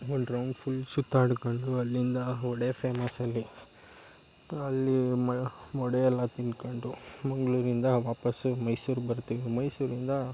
ಒಂದು round full ಸುತ್ತಾಡ್ಕೊಂಡು ಅಲ್ಲಿಂದ ಹೊಡೆ ಫೇಮಸ್ ಅಲ್ಲಿ ಪುನ ಅಲ್ಲಿ ಮ ವಡೆ ಎಲ್ಲ ತಿಂದ್ಕೊಂಡು ಮಂಗಳೂರಿಂದ ವಾಪಸ್ಸು ಮೈಸೂರ್ಗೆ ಬರ್ತೀವಿ ಮೈಸೂರಿಂದ